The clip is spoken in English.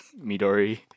Midori